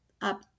up